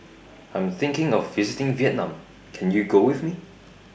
I Am thinking of visiting Vietnam Can YOU Go with Me